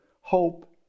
hope